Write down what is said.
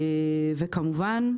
וכמובן,